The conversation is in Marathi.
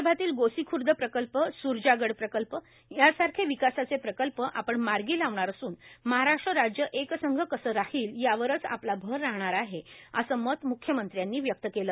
विदर्भातील गोसीख्र्द प्रकल्प स्रजागड प्रकल्प यासारखे विकासाचे प्रकल्प आपण मार्गी लावणार असून महाराष्ट्र राज्य एकसंघ कसे राहील यावरच आपला भर राहणार आहे असे मत म्ख्यमंत्र्यांनी व्यक्त केल